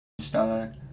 star